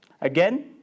Again